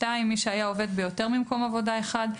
(2)מי שהיה עובד ביותר ממקום עבודה אחד,